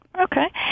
okay